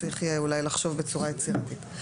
צריך יהיה אולי לחשוב בצורה יצירתית.